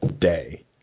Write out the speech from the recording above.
day